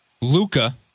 Luca